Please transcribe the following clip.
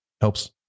helps